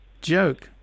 joke